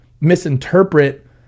misinterpret